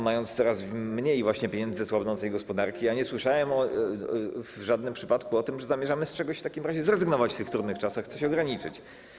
Mamy coraz mniej pieniędzy ze słabnącej gospodarki, a nie słyszałem w żadnym przypadku o tym, że zamierzamy z czegoś w takim razie zrezygnować w tych trudnych czasach, coś ograniczyć.